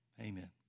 Amen